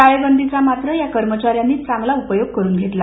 टाळेबंदीचा मात्र या कर्मचार्यांनी चांगला उपयोग करून घेतला